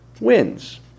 wins